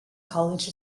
college